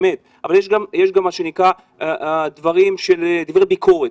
אבל יש לי דברי ביקורת.